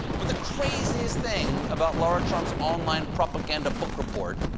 but the craziest thing about lara trump's online propaganda book report